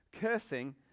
cursing